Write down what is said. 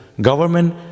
Government